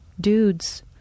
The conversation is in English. dudes